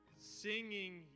singing